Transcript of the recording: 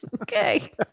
Okay